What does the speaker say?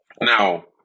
now